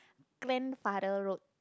grandfather road